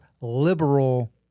liberal